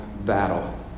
battle